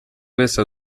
wese